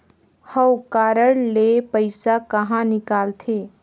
हव कारड ले पइसा कहा निकलथे?